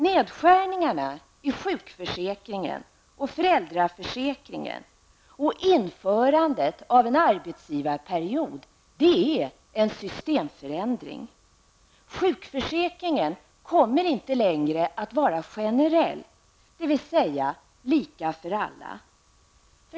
Nedskärningarna i sjukförsäkringen och föräldraförsäkringen och införandet av en arbetsgivarperiod är en systemförändring. Sjukförsäkringen kommer inte längre att vara generell, dvs. lika för alla.